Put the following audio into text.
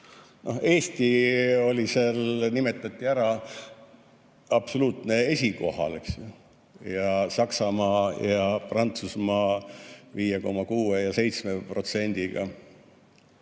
Eesti oli seal, nimetati ära, absoluutsel esikohal ning Saksamaa ja Prantsusmaa 5,6% ja 7%-ga.